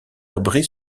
abri